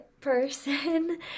person